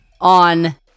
on